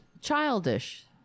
childish